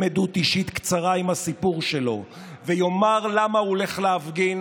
עדות אישית קצרה עם הסיפור שלו ויאמר למה הוא הולך להפגין